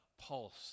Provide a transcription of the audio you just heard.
pulse